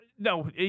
No